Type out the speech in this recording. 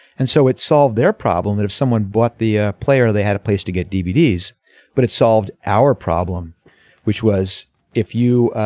and so it solve their problem that if someone bought the ah player they had a place to get dvd but it solved our problem which was if you.